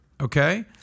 Okay